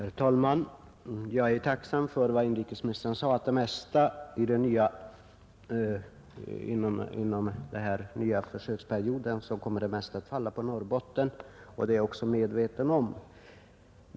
Herr talman! Jag är tacksam för inrikesministerns uttalande att det mesta kommer att falla på Norrbotten inom den nya försöksperioden, och det är jag medveten om.